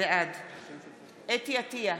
בעד חוה אתי עטייה,